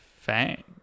fang